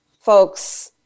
folks